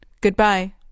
Goodbye